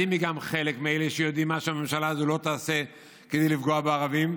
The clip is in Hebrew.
אז אם גם היא מאלה שיודעים מה שהממשלה הזו לא תעשה כדי לפגוע בערבים,